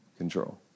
control